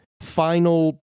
final